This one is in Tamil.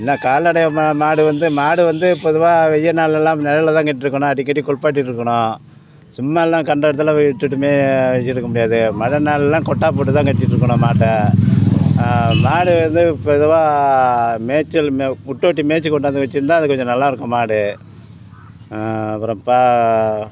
இன்ன கால்நடையை மா மாடு வந்து மாடு வந்து பொதுவாக வெய்யல் நாள்லெல்லாம் நிழல் தான் கட்டியிருக்கணும் அடிக்கடி குளுப்பாட்டிட்டிருக்கணும் சும்மால்லாம் கண்ட இடத்திலலாம் விட்டுவிட்டு மேய வைச்சுருக்க முடியாது மழை நாள்லெலாம் கொட்டாய் போட்டு தான் கட்டிட்டிருக்கணும் மாட்டை மாடு வந்து பொதுவாக மேய்ச்சல் மே விட்டுட்டு மேய்ச்சுக் கொண்டாந்து வைச்சுருந்தா அது கொஞ்சம் நல்லாயிருக்கும் மாடு அப்புறம் பா